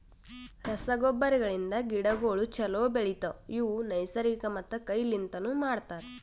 ರಸಗೊಬ್ಬರಗಳಿಂದ್ ಗಿಡಗೋಳು ಛಲೋ ಬೆಳಿತವ, ಇವು ನೈಸರ್ಗಿಕ ಮತ್ತ ಕೈ ಲಿಂತನು ಮಾಡ್ತರ